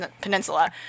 Peninsula